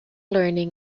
learning